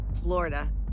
Florida